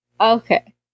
Okay